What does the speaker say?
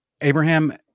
Abraham